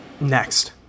next